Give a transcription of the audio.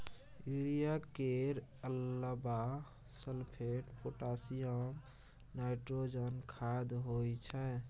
urea केर अलाबा sulphate, potassium, nitrogen खाद होइ छै